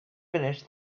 finish